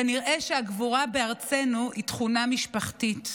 כנראה שהגבורה בארצנו היא תכונה משפחתית.